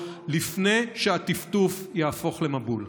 לפני שהטפטוף יהפוך למבול.